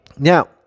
Now